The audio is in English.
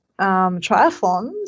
triathlons